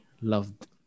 loved